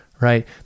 right